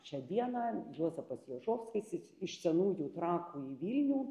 šią dieną juozapas jažovskia is iš senųjų trakų į vilnių